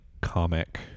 comic